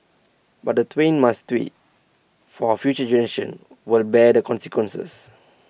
but the twain must meet for future generations will bear the consequences